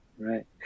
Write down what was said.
Right